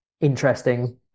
interesting